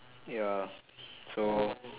ya so